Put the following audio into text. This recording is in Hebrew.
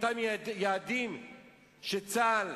לאותם יעדים שצה"ל,